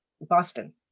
Boston